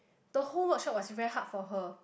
the whole workshop was very hard for her